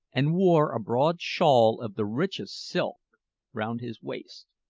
and wore a broad shawl of the richest silk round his waist.